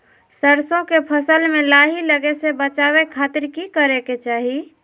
सरसों के फसल में लाही लगे से बचावे खातिर की करे के चाही?